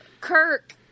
Kirk